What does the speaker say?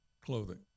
Clothing